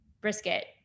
brisket